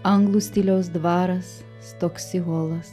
anglų stiliaus dvaras stoksi holas